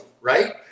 right